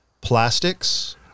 plastics